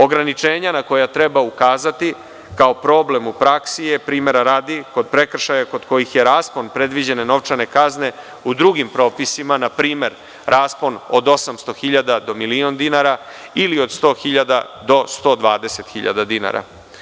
Ograničenja na koja treba ukazati je, kao problem u praksi, primera radi, kod prekršaja gde je raspon predviđene novčane kazne u drugim propisima od 800.000 do milion dinara ili od 100.000 do 120.000 dinara.